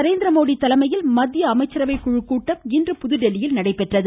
நரேந்திரமோடி தலைமையில் மத்திய அமைச்சரவை குழுக் கூட்டம் இன்று புதுதில்லியில் நடைபெற்றது